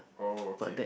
oh okay